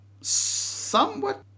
somewhat